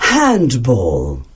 handball